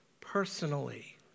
personally